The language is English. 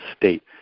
state